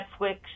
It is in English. Netflix